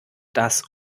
das